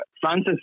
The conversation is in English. Francis